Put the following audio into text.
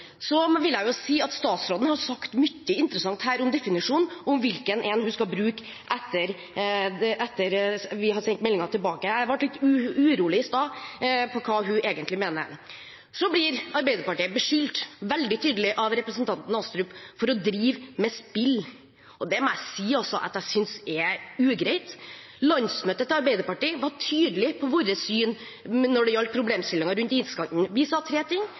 Så det er ikke sånn at vi i Arbeiderpartiet ikke er opptatt av det. Når vi snakker om iskanten, vil jeg si at statsråden har sagt mye interessant om definisjonen og hvilken man skal bruke etter at vi har sendt meldingen tilbake. Jeg ble litt urolig i stad med hensyn til hva hun egentlig mener. Arbeiderpartiet blir av representanten Astrup veldig tydelig beskyldt for å drive med spill. Det må jeg si at jeg synes er ugreit. Landsmøtet til Arbeiderpartiet var tydelig på hva som var vårt syn når det gjaldt